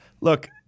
Look